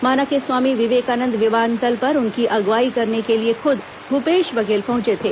माना के स्वामी विवेकानंद विमानतल पर उनकी अग्वाई करने के लिए खुद भूपेश बघेल पहुंचे थे